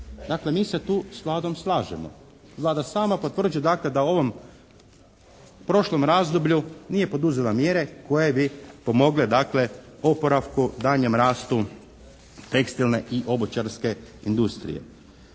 Dakle mi se tu s Vladom slažemo. Vlada sama potvrđuje dakle da u ovom prošlom razdoblju nije poduzela mjere koje bi pomogle dakle oporavku, daljnjem rastu tekstilne i obućarske industrije.